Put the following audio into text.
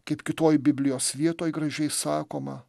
kaip kitoj biblijos vietoj gražiai sakoma